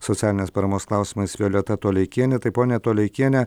socialinės paramos klausimais violeta toleikienė tai ponia toleikiene